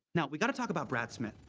now, we got to talk about brad smith,